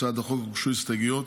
להצעת החוק הוגשו הסתייגויות.